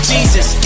Jesus